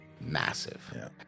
massive